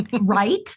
Right